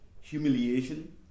Humiliation